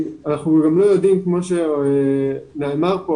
כמו שנאמר כאן,